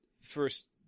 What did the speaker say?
first